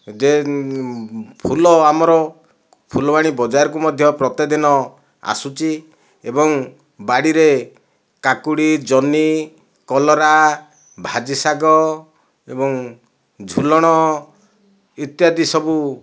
ଯେ ଫୁଲ ଆମର ଫୁଲବାଣୀ ବଜାରକୁ ବି ପ୍ରତ୍ୟେକ ଦିନ ଆସୁଛି ଏବଂ ବାଡ଼ିରେ କାକୁଡ଼ି ଜହ୍ନି କଲରା ଭାଜି ଶାଗ ଏବଂ ଝୁଲଣ ଇତ୍ୟାଦି ସବୁ